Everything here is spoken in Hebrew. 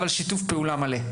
אבל שיתוף פעולה מלא.